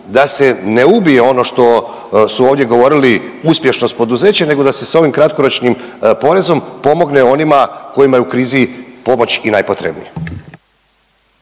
da se ne ubije ono što su ovdje govorili uspješnost poduzeće nego da se s ovim kratkoročnim porezom pomogne onima kojima je u krizi pomoć i najpotrebnija.